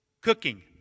Cooking